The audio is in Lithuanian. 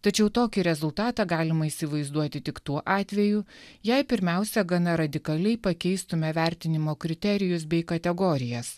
tačiau tokį rezultatą galima įsivaizduoti tik tuo atveju jei pirmiausia gana radikaliai pakeistumėme vertinimo kriterijus bei kategorijas